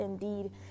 indeed